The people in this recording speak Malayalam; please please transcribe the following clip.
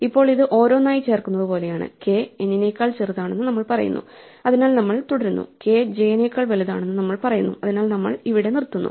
ഇപ്പോൾ ഇത് ഓരോന്നായി ചേർക്കുന്നത് പോലെയാണ് k n നേക്കാൾ ചെറുതാണെന്ന് നമ്മൾ പറയുന്നു അതിനാൽ നമ്മൾ തുടരുന്നു k j നെക്കാൾ വലുതാണെന്ന് നമ്മൾ പറയുന്നു അതിനാൽ നമ്മൾ ഇവിടെ നിർത്തുന്നു